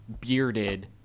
bearded